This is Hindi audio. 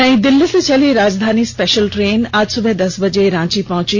नई दिल्ली से चली राजधानी स्पेशल ट्रेन आज सुबह दस बजे रांची पहुंची